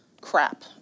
crap